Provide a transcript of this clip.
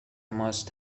must